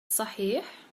صحيح